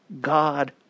God